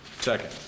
Second